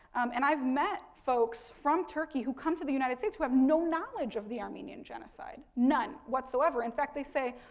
and, i've met folks from turkey who come to the united states who have no knowledge of the armenian genocide, none, whatsoever. in fact, they say,